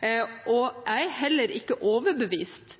Jeg er heller ikke overbevist